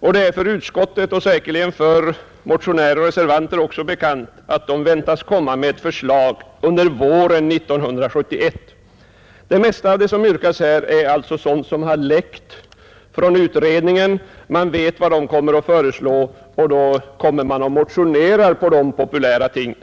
och det är för utskottet och säkerligen även för motionärer och reservanter bekant att denna utredning väntas komma med förslag under våren 1971. Det mesta av det som yrkas här är sådant som läckt från utredningen. Man vet vad den kommer att föreslå och då motionerar man om dessa populära ting.